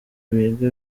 wiga